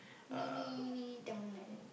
mini mini town like that